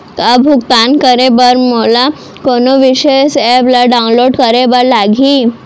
का भुगतान करे बर मोला कोनो विशेष एप ला डाऊनलोड करे बर लागही